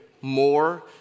more